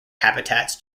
habitats